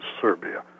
Serbia